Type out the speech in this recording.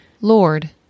Lord